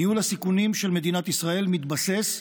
ניהול הסיכונים של מדינת ישראל מתבסס,